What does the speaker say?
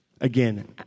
Again